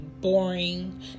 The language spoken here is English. boring